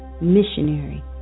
missionary